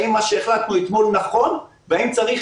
האם מה שהחלטנו אתמול הוא נכון והאם צריך